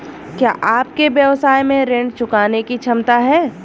क्या आपके व्यवसाय में ऋण चुकाने की क्षमता है?